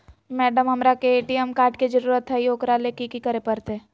Madam, हमरा के ATM card के जरूरत है ऊकरा ले की की करे परते?